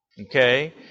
Okay